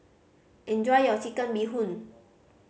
enjoy your Chicken Bee Hoon